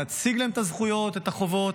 נציג להם את הזכויות ואת החובות,